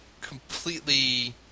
completely